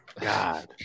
God